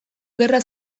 gerra